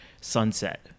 sunset